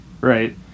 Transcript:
right